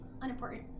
Unimportant